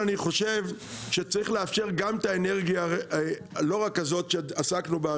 אני חושב שצריך לאפשר לא רק את האנרגיה שעסקנו בה,